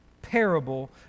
Parable